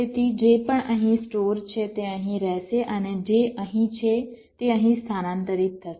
તેથી જે પણ અહીં સ્ટોર છે તે અહીં રહેશે અને જે અહીં છે તે અહીં સ્થાનાંતરિત થશે